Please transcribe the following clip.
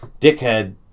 Dickhead